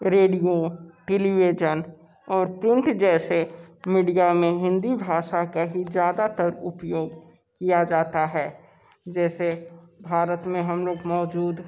radio television और print जैसे media में हिंदी भाशा का ही ज़्यादातर उपयोग किया जाता है जैसे भारत में हम लोग मौजूद